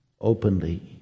openly